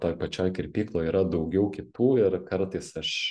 toj pačioj kirpykloj yra daugiau kitų ir kartais aš